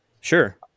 sure